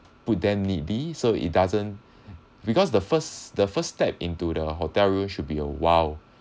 put them neatly so it doesn't because the first the first step into the hotel rooms should be a !wow!